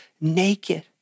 naked